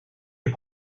est